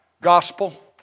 gospel